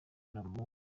muvuga